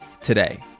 today